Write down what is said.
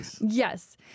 Yes